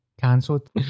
cancelled